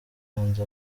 mazi